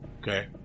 okay